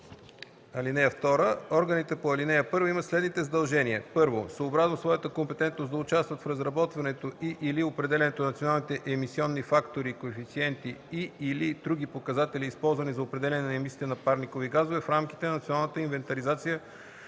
(2) Органите по ал. 1 имат следните задължения: 1. съобразно своята компетентност да участват в разработването и/или определянето на националните емисионни фактори/коефициенти и/или други показатели, използвани за определяне емисиите на парникови газове, в рамките на националната инвентаризация